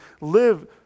live